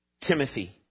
Timothy